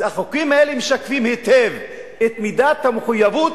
החוקים האלה משקפים היטב את מידת המחויבות